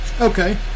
Okay